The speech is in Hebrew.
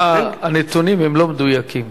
הנתונים הם לא מדויקים.